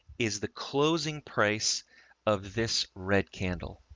is the closing price of this red candle.